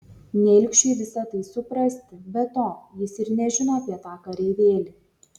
ne ilgšiui visa tai suprasti be to jis ir nežino apie tą kareivėlį